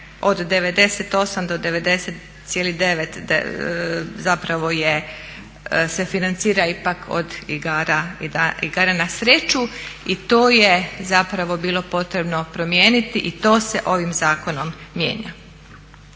od 98 do 99 zapravo se financira ipak od igara na sreću. I to je zapravo bilo potrebno promijeniti i to se ovim zakonom mijenja.